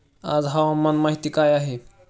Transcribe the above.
आज हवामान माहिती काय आहे?